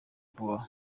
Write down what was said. kubaho